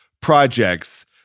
projects